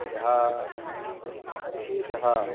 यः विशेषः